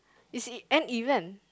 it's e~ an event